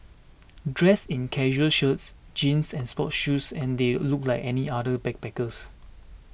dressed in casual shirts jeans and sports shoes they looked like any other backpacker